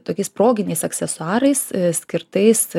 tokiais proginiais aksesuarais skirtais